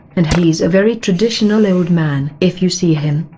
and he's a very traditional old man. if you see him,